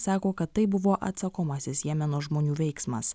sako kad tai buvo atsakomasis jemeno žmonių veiksmas